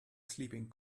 sleeping